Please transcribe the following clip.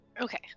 Okay